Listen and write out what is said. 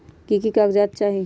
की की कागज़ात चाही?